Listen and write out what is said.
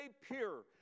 pure